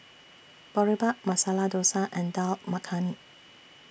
Boribap Masala Dosa and Dal Makhani